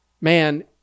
man